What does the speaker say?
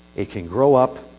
it can grow up.